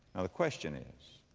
and the question is,